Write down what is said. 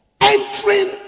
Entering